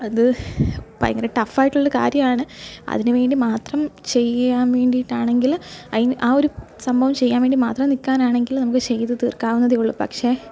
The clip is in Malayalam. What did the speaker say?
അത് ഭയങ്കര ടഫായിട്ടുള്ള കാര്യമാണ് അതിന് വേണ്ടി മാത്രം ചെയ്യാൻ വേണ്ടീട്ടാണെങ്കിൽ അയ് ആ ഒരു സംഭവം ചെയ്യാൻ വേണ്ടി മാത്രം നിൽക്കാനാണെങ്കിൽ നമുക്ക് ചെയ്ത് തീർക്കാവുന്നതേ ഉള്ളു പക്ഷേ